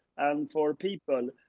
and. for people.